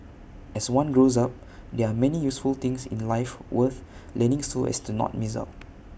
as one grows up there are many useful things in life worth learning so as not to miss out